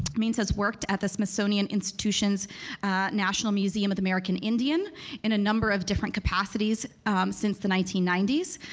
means has worked at the smithsonian institution's national museum of the american indian in a number of different capacities since the nineteen ninety s.